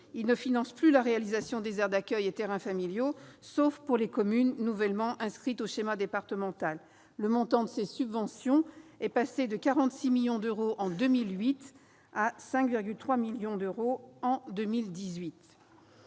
il ne finance plus la réalisation des aires d'accueil et terrains familiaux, sauf pour les communes nouvellement inscrites au schéma départemental. Le montant de ses subventions est passé de 46 millions d'euros en 2008 à 5,3 millions d'euros en 2018.